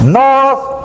north